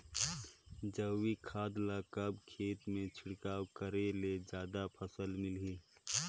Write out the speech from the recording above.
जैविक खाद ल कब खेत मे छिड़काव करे ले जादा फायदा मिलही?